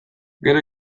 gero